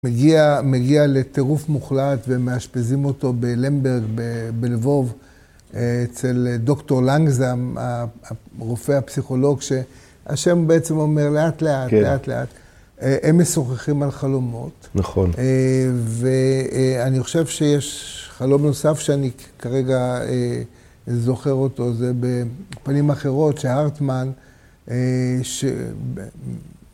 מגיע לטירוף מוחלט ומאשפזים אותו בלמברג, בלבוב, אצל דוקטור לנגזם, הרופא הפסיכולוג, שהשם בעצם אומר לאט לאט, לאט לאט. הם משוחחים על חלומות. נכון. ואני חושב שיש חלום נוסף שאני כרגע זוכר אותו, זה בפנים אחרות, שהארטמן,